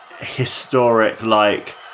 historic-like